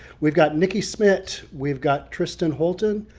we've got nicky smit, we've got tristan hotan,